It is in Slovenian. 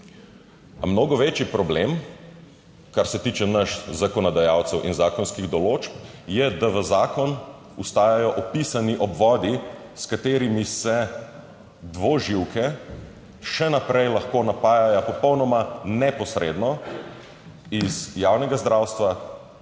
mnogo večji problem, kar se tiče nas zakonodajalcev in zakonskih določb je, da v zakon ostajajo opisani obvodi, s katerimi se dvoživke še naprej lahko napajajo popolnoma neposredno iz javnega zdravstva